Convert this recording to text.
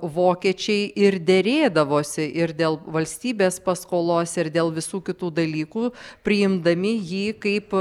vokiečiai ir derėdavosi ir dėl valstybės paskolos ir dėl visų kitų dalykų priimdami jį kaip